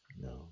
No